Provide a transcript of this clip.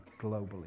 globally